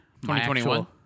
2021